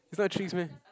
it's not tricks meh